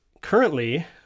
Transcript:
currently